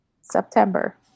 september